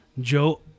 Joe